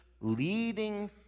leading